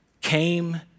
came